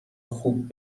خوب